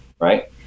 right